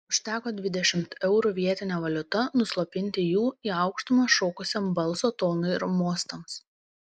užteko dvidešimt eurų vietine valiuta nuslopinti jų į aukštumas šokusiam balso tonui ir mostams